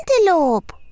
antelope